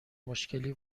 مشکلی